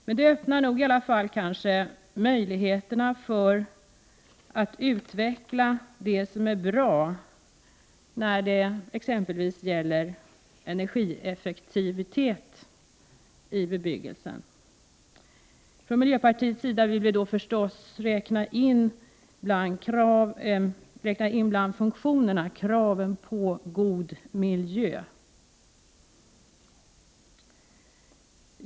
Men dessa föreskrifter öppnar kanske möjligheter för att utveckla det som är bra när det exempelvis gäller energieffektivitet i bebyggelsen. Vi i miljöpartiet vill naturligtvis bland funktionerna räkna in kraven på god miljö.